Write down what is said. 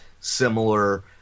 similar